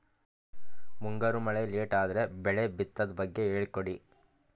ಮುಂಗಾರು ಮಳೆ ಲೇಟ್ ಅದರ ಬೆಳೆ ಬಿತದು ಬಗ್ಗೆ ಹೇಳಿ ಕೊಡಿ?